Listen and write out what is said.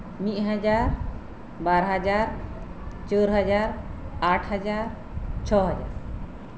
ᱢᱤᱫ ᱦᱟᱡᱟᱨ ᱵᱟᱨ ᱦᱟᱡᱟᱨ ᱪᱟᱹᱨ ᱦᱟᱡᱟᱨ ᱟᱴ ᱦᱟᱡᱟᱨ ᱪᱷᱚ ᱦᱟᱡᱟᱨ